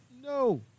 no